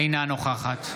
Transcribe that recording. אינה נוכחת